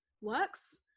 works